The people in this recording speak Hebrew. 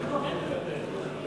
חברי הכנסת, נא לשבת.